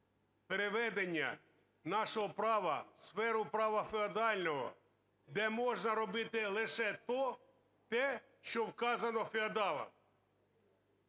переведення нашого права в сферу права феодального, де можна робити лише те, що вказано феодалом.